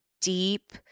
deep